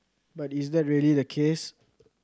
but is that really the case